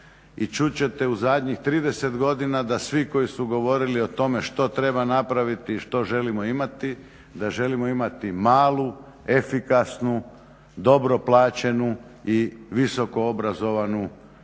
I čut ćete u zadnjih 30 godina da svi koji su govorili o tome što treba napraviti i što želimo imati da želimo imati malu, efikasnu, dobro plaćenu i visokoobrazovanu